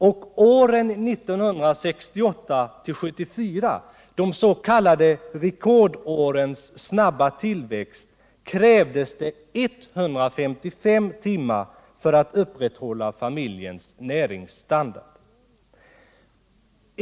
Och åren 1968-1974, under de s.k. rekordårens snabba tillväxt, krävdes 155 timmar för att upprätthålla familjens näringsstandard.